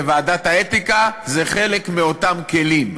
וועדת האתיקה היא חלק מאותם כלים,